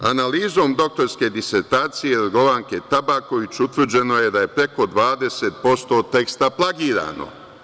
Analizom doktorske disertacije Jorgovanke Tabaković, utvrđeno je da je preko 20% teksta plagirano.